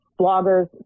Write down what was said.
bloggers